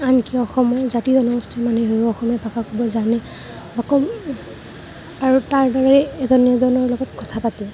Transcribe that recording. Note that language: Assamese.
আনকি অসমৰ জাতি জনগোষ্ঠীৰ মানুহেও অসমীয়া ভাষা ক'ব জানে আকৌ আৰু তাৰ দ্বাৰাই এজনে এজনৰ লগত কথা পাতে